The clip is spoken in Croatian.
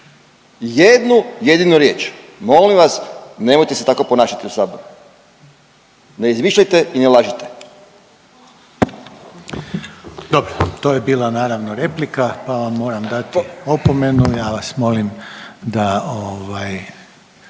Jednu jedinu riječ. Molim vas nemojte se tako ponašati u Saboru. Ne izmišljajte i ne lažite. **Reiner, Željko (HDZ)** Dobro. To je bila naravno replika, pa vam moram dati opomenu. Ja vas molim da